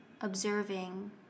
Observing